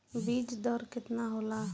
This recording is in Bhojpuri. बीज दर केतना होला?